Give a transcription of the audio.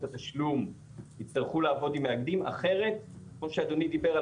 התשלום יצטרכו לעבוד עם מאגדים אחרת כמו שאדוני דיבר על